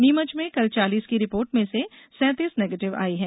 नीमच में कल चालीस की रिपोर्ट में से सैतिस निगेटिव आई है